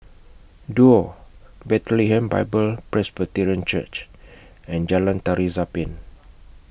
Duo Bethlehem Bible Presbyterian Church and Jalan Tari Zapin